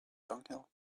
dunghill